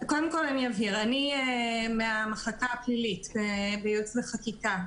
אני מהמחלקה הפלילית בייעוץ וחקיקה,